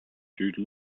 jude